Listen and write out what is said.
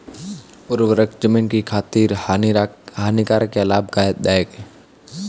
उर्वरक ज़मीन की खातिर हानिकारक है या लाभदायक है?